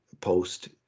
post